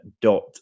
dot